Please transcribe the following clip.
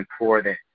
important